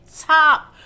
top